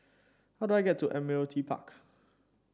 how do I get to Admiralty Park